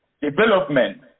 development